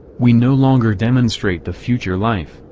we no longer demonstrate the future life,